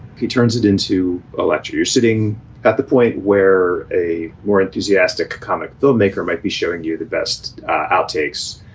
he turns it into a lecture. you're sitting at the point where a more enthusiastic comic filmmaker might be showing you the best outtakes,